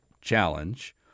challenge